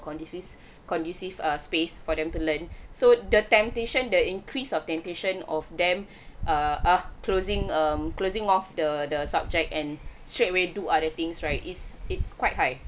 conducive conducive uh space for them to learn so the temptation the increase of temptation of them uh ah closing um closing off the the subject and straight away do other things right is it's quite high